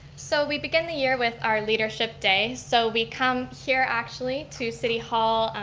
so we begin the year with our leadership day. so we come here, actually, to city hall.